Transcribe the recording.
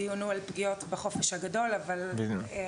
הדיון הוא על פגיעות בחופש הגדול --- לא,